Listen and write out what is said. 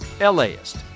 LAist